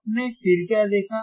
आपने फिर क्या देखा